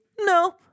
No